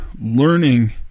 learning